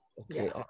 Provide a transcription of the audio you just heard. Okay